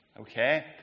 Okay